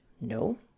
no